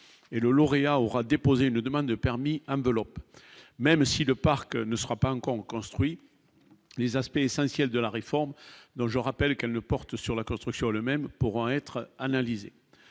le lauréat aura déposé une demande de permis enveloppe, même si le parc ne sera pas encore construit les aspects essentiels de la réforme donc je rappelle qu'elle ne porte sur la construction, le même pourront être analysés